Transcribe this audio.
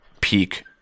peak